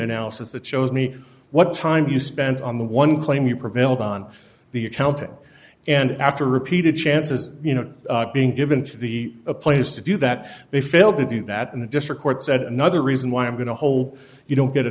analysis that shows me what time you spent on the one claim you prevailed on the accountant and after repeated chances you know being given to the a place to do that they failed to do that in the district court said another reason why i'm going to hold you don't get a